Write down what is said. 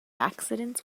accidents